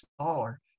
smaller